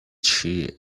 she